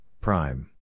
prime